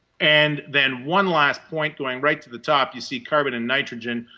and then one last point, going right to the top, you see carbon and nitrogen,